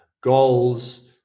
goals